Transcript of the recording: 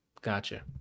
Gotcha